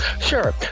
Sure